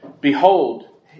Behold